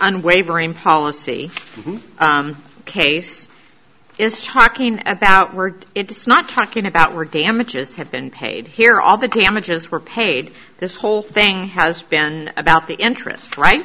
unwavering policy case is talking about word it's not talking about were damages have been paid here all the damages were paid this whole thing has been about the interest right